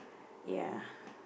ya